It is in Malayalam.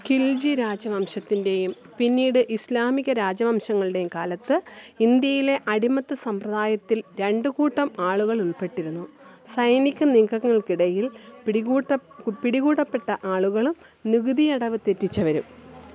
ഖിൽജി രാജവംശത്തിന്റെയും പിന്നീട് ഇസ്ലാമിക രാജവംശങ്ങളുടെയും കാലത്ത് ഇന്ത്യയിലെ അടിമത്ത സമ്പ്രദായത്തിൽ രണ്ട് കൂട്ടം ആളുകൾ ഉൾപ്പെട്ടിരുന്നു സൈനിക നീക്കങ്ങള്ക്കിടയില് പിടികൂട്ട പിടികൂടപ്പെട്ട ആളുകളും നികുതി അടവ് തെറ്റിച്ചവരും